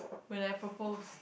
when I propose